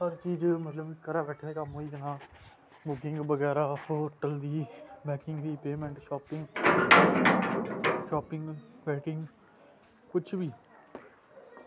हर चीज़ै ई मतलब घर बैठे दे कम्म होई जाना बुकिंग बगैरा होटल दी maximum payment settings settings working कुछ बी